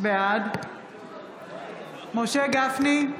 בעד משה גפני,